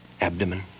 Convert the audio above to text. abdomen